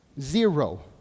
Zero